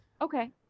Okay